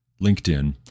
LinkedIn